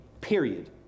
period